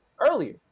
earlier